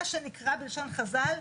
מה שנקרא בלשון חז"ל,